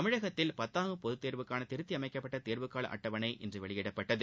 தமிழகத்தில் பத்தாம் வகுப்பு பொதுத் தோவுக்காள திருத்தியமைக்கப்பட்ட தேர்வுக்கால அட்டவணை இன்று வெளியிடப்பட்டது